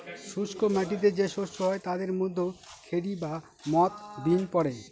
শুস্ক মাটিতে যে শস্য হয় তাদের মধ্যে খেরি বা মথ, বিন পড়ে